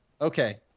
Okay